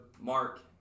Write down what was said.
Mark